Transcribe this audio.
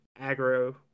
aggro